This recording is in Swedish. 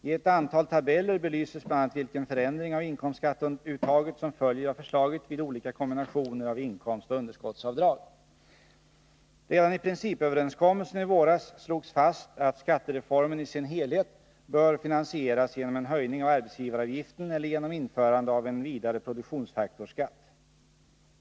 I ett antal tabeller belyses bl.a. vilken förändring av inkomstskatteuttaget som följer av förslaget vid olika kombinationer av inkomst och underskottsavdrag. Redan i principöverenskommelsen i våras slogs fast att skattereformen i sin helhet bör finansieras genom en höjning av arbetsgivaravgiften eller genom införande av en vidare produktionsfaktorsskatt.